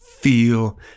feel